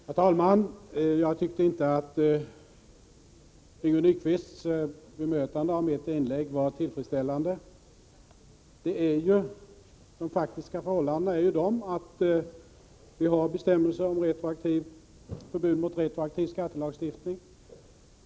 Herr talman! Jag tyckte inte att Yngve Nyquists bemötande av mitt inlägg var tillfredsställande. Det faktiska förhållandet är att vi har bestämmelser om förbud mot retroaktiv skattelagstiftning.